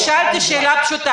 אני שאלתי שאלה פשוטה.